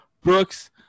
Brooks